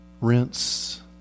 rinse